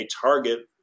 target